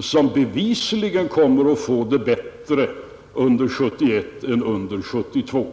som bevisligen kommer att få det bättre under 1971 än under 1970.